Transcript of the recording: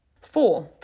Four